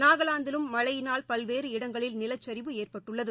நாகலாந்திலும் மழையினால் பல்வேறு இடங்களில் நிலச்சரிவு ஏற்பட்டுள்ளது